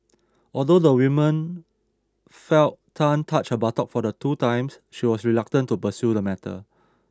although the woman felt Tan touch her buttock for the first two times she was reluctant to pursue the matter